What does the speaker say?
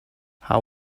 how